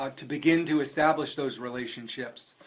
ah to begin to establish those relationships.